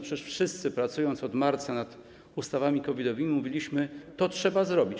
Przecież wszyscy, pracując od marca nad ustawami COVID-owymi, mówiliśmy: to trzeba zrobić.